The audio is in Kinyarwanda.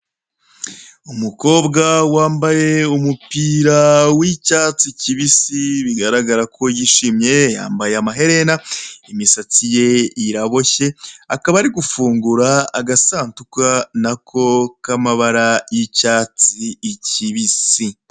Umukobwa wambaye umupira w'icyatsi kibisi bigaragara ko yishimye, yambaye amaherena, imistsi ye iraboshye akaba ari gufungura agasanduku nako k'amabara y'icyatsi kibisi.